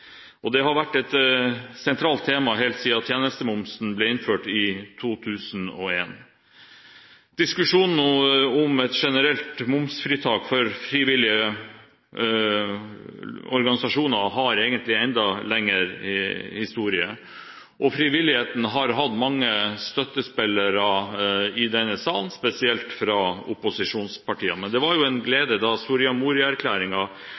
Det har vært et sentralt tema helt siden tjenestemomsen ble innført i 2001. Diskusjonen om et generelt momsfritak for frivillige organisasjoner har egentlig en enda lengre historie. Frivilligheten har hatt mange støttespillere i denne salen, spesielt fra opposisjonspartiene. Men det var jo en